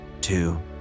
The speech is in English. two